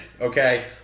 okay